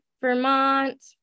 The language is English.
vermont